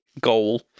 goal